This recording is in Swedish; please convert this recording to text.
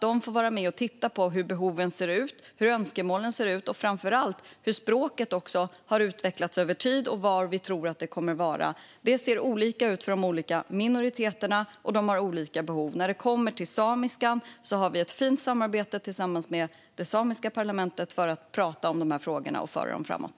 De ska vara med och titta på hur behoven ser ut, hur önskemålen ser ut och framför allt hur språket har utvecklats över tid och var vi tror att det kommer att vara framöver. Det ser olika ut för de olika minoriteterna, och de har olika behov. När det kommer till samiskan har vi ett fint samarbete med det samiska parlamentet för att prata om de här frågorna och föra dem framåt.